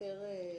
בעצם